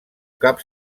cap